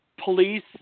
police